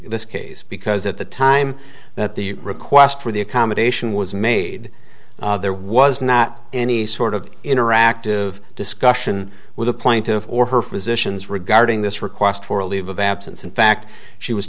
this case because at the time that the request for the accommodation was made there was not any sort of interactive discussion with the plaintiff or her physicians regarding this request for a leave of absence in fact she was